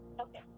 Okay